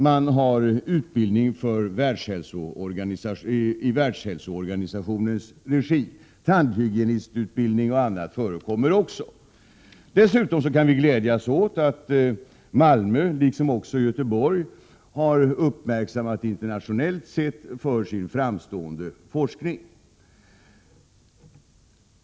Man har utbildning i Världshälsoorganisationens regi. Tandhygienistutbildning förekommer också. Dessutom kan vi glädjas åt att Malmö, liksom Göteborg, har uppmärksammats internationellt för sin framstående forskning.